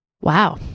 Wow